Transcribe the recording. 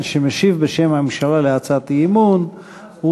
מי שמשיב בשם הממשלה על הצעת האי-אמון הוא